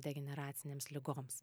degeneracinėms ligoms